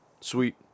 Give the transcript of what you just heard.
Sweet